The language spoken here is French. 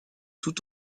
tout